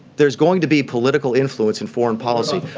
there's going to be political influence in foreign policy